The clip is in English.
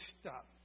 stop